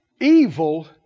Evil